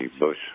Bush